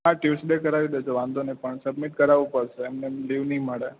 હા ટયૂસડે કરાય દેજો વાંધો નય પણ સબમિટ કરાવું પડશે એમનેમ લિવ નઇ મળે